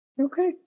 Okay